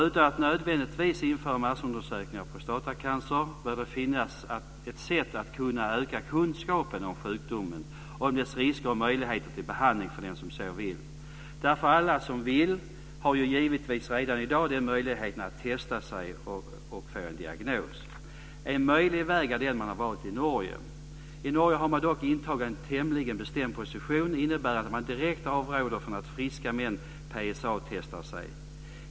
Utan att nödvändigtvis införa massundersökningar av prostatacancer bör det finnas sätt att kunna öka kunskaperna om sjukdomen, om dess risker och möjligheter till behandling för den som så vill. Alla som vill har ju givetvis redan i dag möjligheten att testa sig och få en diagnos. En möjlig väg är den man nu valt i Norge. I Norge har man dock intagit en tämligen bestämd position innebärande att man direkt avråder från att friska män psa-testar sig.